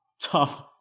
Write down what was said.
tough